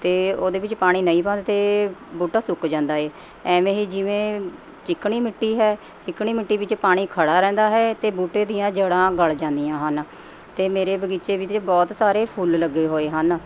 ਅਤੇ ਉਹਦੇ ਵਿੱਚ ਪਾਣੀ ਨਹੀਂ ਪਾਉਂਦੇ ਤਾਂ ਬੂਟਾ ਸੁੱਕ ਜਾਂਦਾ ਹੈ ਐਵੇਂ ਹੀ ਜਿਵੇਂ ਚੀਕਣੀ ਮਿੱਟੀ ਹੈ ਚੀਕਣੀ ਮਿੱਟੀ ਵਿੱਚ ਪਾਣੀ ਖੜ੍ਹਾ ਰਹਿੰਦਾ ਹੈ ਅਤੇ ਬੂਟੇ ਦੀਆਂ ਜੜ੍ਹਾਂ ਗਲ ਜਾਂਦੀਆਂ ਹਨ ਅਤੇ ਮੇਰੇ ਬਗ਼ੀਚੇ ਵਿੱਚ ਜ ਬਹੁਤ ਸਾਰੇ ਫੁੱਲ ਲੱਗੇ ਹੋਏ ਹਨ